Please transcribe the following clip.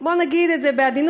בואו נגיד את זה בעדינות